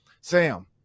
sam